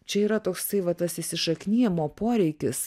čia yra toksai va tas įsišaknijimo poreikis